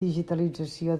digitalització